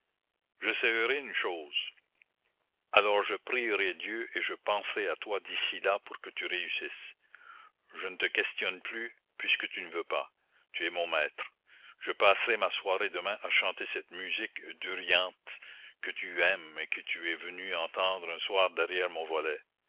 j'essayerai une chose alors je prierai dieu et je penserai à toi d'ici là pour que tu réussisses je ne te questionne plus puisque tu ne veux pas tu es mon maître je passerai ma soirée demain à chanter cette musique d'euryanthe que tu aimes et que tu es venu entendre un soir derrière mon volet